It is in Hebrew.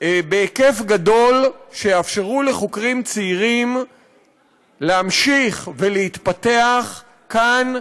בהיקף גדול שיאפשרו לחוקרים צעירים להמשיך ולהתפתח כאן,